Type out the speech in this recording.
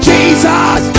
Jesus